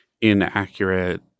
inaccurate